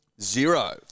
Zero